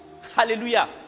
Hallelujah